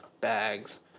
bags